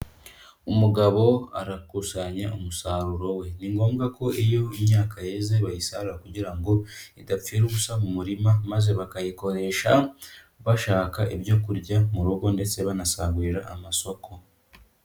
Umugabo arakusanya umusaruro we, ni ngombwa ko iyo myaka yeze bayisarura kugira ngo idapfira ubusa mu murima maze bakayikoresha bashaka ibyo kurya mu rugo ndetse banasagurira amasoko.